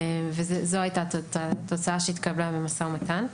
זו הייתה התוצאה שהתקבלה במו"מ.